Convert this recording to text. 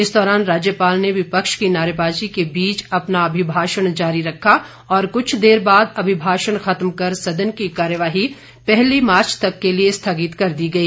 इस दौरान राज्यपाल ने विपक्ष की नारेबाजी के बीच अपना अभिभाषण जारी रखा और कुछ देर बाद अभिभाषण खत्म कर सदन की कार्यवाही पहली मार्च तक के लिए स्थगित कर दी गई